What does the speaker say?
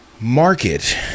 Market